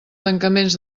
tancaments